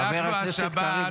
אדוני היושב-ראש,